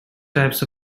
types